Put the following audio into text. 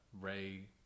Ray